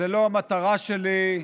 זאת לא המטרה שלי.